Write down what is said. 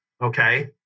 okay